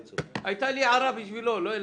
הייתה לי הערה בשבילו, לא אליך.